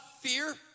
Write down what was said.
fear